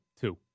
Two